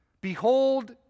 Behold